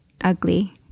ugly